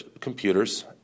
computers